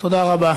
תודה רבה.